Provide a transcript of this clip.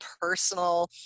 personal